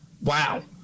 wow